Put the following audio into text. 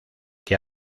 que